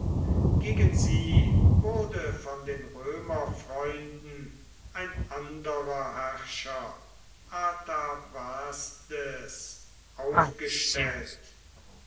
gegen sie wurde von den römerfreunden ein anderer herrscher artavazdes aufgestellt